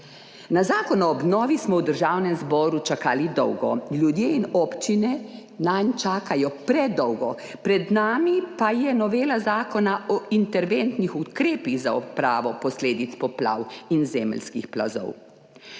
Na zakon o obnovi smo v Državnem zboru čakali dolgo, ljudje in občine nanj čakajo predolgo. Pred nami pa je novela Zakona o interventnih ukrepih za odpravo posledic poplav in zemeljskih plazov.